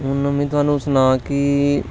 हून में तहानू सना कि